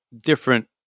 different